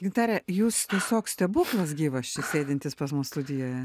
gintare jūs tiesiog stebuklas gyvas čia sėdintis pas mus studijoje